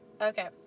Okay